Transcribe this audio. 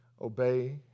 obey